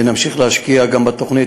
ונמשיך להשקיע גם בתוכנית.